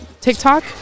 TikTok